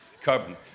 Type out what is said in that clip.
Carbon